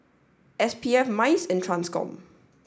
S P F MICE and TRANSCOM